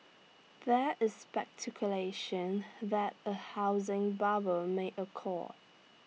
there is speculation that A housing bubble may occur